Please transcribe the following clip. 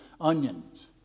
onions